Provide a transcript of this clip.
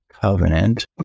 covenant